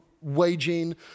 waging